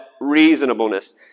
reasonableness